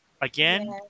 again